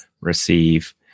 receive